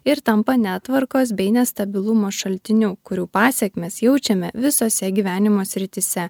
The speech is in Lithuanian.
ir tampa netvarkos bei nestabilumo šaltiniu kurių pasekmes jaučiame visose gyvenimo srityse